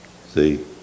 See